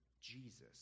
Jesus